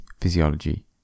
physiology